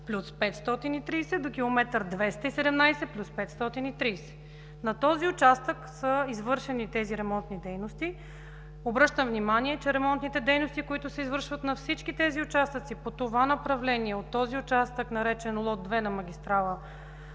214+530 до километър 217+530. На този участък са извършени тези ремонтни дейности. Обръщам внимание, че ремонтните дейности, които се извършват на всички тези участъци по това направление – от този участък, наречен „лот 2” на магистрала